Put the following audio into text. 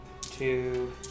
two